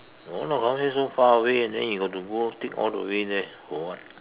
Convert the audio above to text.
no lah Causeway so far away and then you got to go take all the way there for what